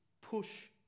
push